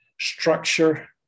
structure